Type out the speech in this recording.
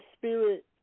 spirit